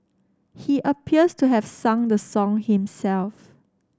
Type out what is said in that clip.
he appears to have sung the song himself